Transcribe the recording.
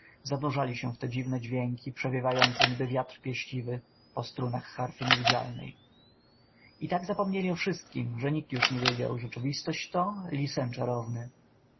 zanurzali się w te dziwne dźwięki przewiewające niby wiatr pieściwy po strunach harfy niewidzialnej i tak zapomnieli o wszystkiem że nikt już nie wiedział rzeczywistość to li sen czarowny